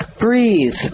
breathe